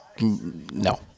no